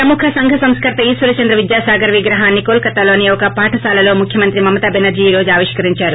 ప్రముఖ సంఘసంస్కర్త ఈశ్వర్ చంద్ర విద్యాసాగర్ విగ్రహాన్ని కోల్కతాలోని ఒక స్కూలులో ముఖ్యమంత్రి మమతా బెనర్షీ ే ఈ రోజు ఆవిష్కరించారు